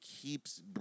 keeps